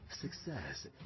success